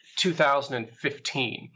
2015